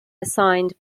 assigned